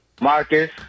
Marcus